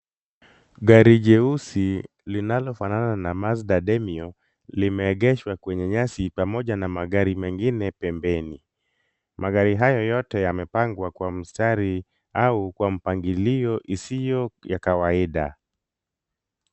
Gari jeusi linalofanana na Mazda Demio, limeegeshwa kwenye nyasi pamoja na magari mengine pembeni. Magari hayo yote yamepangwa kwa mstari au kwa mpangilio isiyo ya kawaida.